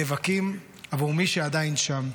נאבקים עבור מי שעדיין שם,